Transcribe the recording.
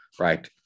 right